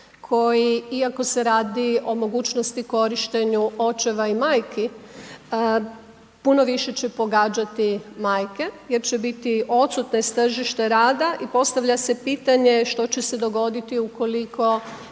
koji, iako se radi o mogućnosti korištenju očeva i majki, puno više će pogađati majke jer će biti odsutne s tržišta rada i postavlja se pitanje što će se dogoditi ukoliko